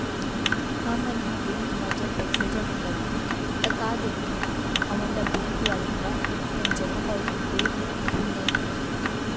हमन ह बेंक म जब पइसा जमा करथन ता का देखथन हमन ल बेंक वाले ह एक ठन जमा पावती दे हे धुन नइ ते